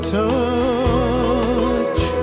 touch